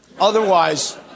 Otherwise